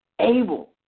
able